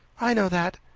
i know that,